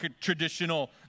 traditional